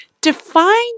define